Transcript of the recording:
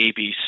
ABC